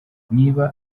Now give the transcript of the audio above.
niba